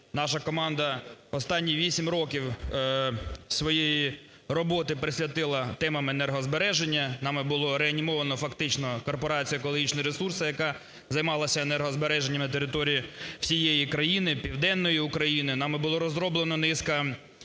наша команда останні вісім років своєї роботи присвятила темам енергозбереження. Нами було реанімовано, фактично, корпорація "Екологічні ресурси", яка займалася енергозбереженням території всієї країни, південної України. Нами було розроблена низка проектів,